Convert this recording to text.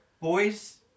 Boys